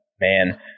Man